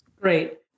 Great